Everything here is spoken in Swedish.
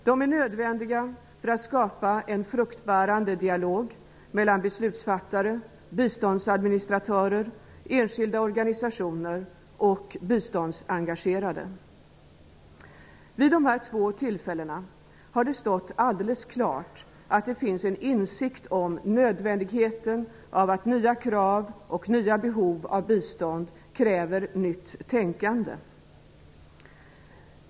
De är nödvändiga för att skapa en fruktbärande dialog mellan beslutsfattare, biståndsadministratörer, enskilda organisationer och biståndsengagerade. Vid de här två tillfällena har det stått alldeles klart att det finns en insikt om nödvändigheten av att nya krav och nya behov av bistånd kräver nytt tänkande.